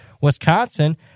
Wisconsin